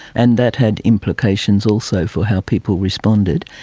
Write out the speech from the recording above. and that had implications also for how people responded.